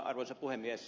arvoisa puhemies